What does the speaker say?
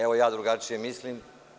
Evo, ja drugačije mislim.